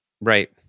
Right